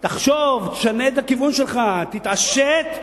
תחשוב, תשנה את הכיוון שלך, תתעשת,